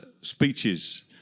speeches